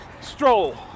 stroll